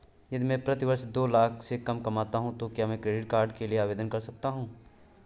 यदि मैं प्रति वर्ष दो लाख से कम कमाता हूँ तो क्या मैं क्रेडिट कार्ड के लिए आवेदन कर सकता हूँ?